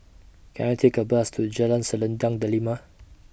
Can I Take A Bus to Jalan Selendang Delima